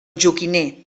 joquiner